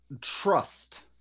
trust